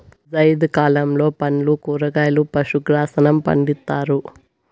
జైద్ కాలంలో పండ్లు, కూరగాయలు, పశు గ్రాసంను పండిత్తారు